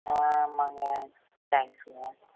ஆமாம்ங்க தேங்க்ஸ்ங்க